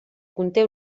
conté